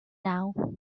now